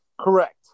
Correct